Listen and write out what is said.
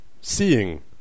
seeing